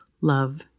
love